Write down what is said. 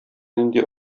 нинди